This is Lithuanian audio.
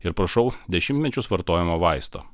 ir prašau dešimtmečius vartojamo vaisto